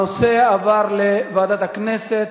הנושא עבר לוועדת הכנסת.